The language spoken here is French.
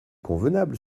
convenable